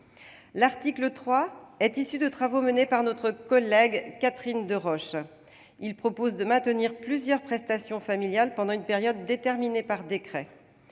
L'article 3 est issu de travaux menés par notre collègue Catherine Deroche. Il propose de maintenir plusieurs prestations familiales pendant une période déterminée par décret.